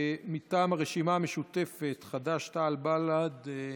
מטעם הרשימה המשותפת, חד"ש-תע"ל-בל"ד,